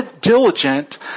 diligent